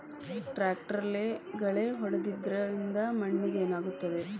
ಟ್ರಾಕ್ಟರ್ಲೆ ಗಳೆ ಹೊಡೆದಿದ್ದರಿಂದ ಮಣ್ಣಿಗೆ ಏನಾಗುತ್ತದೆ?